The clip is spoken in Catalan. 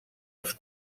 els